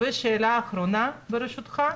ושאלה אחרונה, ברשותך.